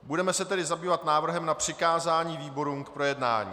Budeme se tedy zabývat návrhem na přikázání výborům k projednání.